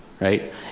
right